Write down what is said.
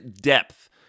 depth